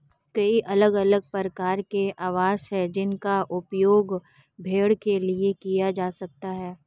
कई अलग अलग प्रकार के आवास हैं जिनका उपयोग भेड़ के लिए किया जा सकता है